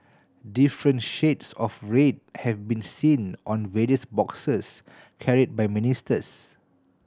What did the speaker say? different shades of red have been seen on various boxes carried by ministers